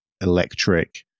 electric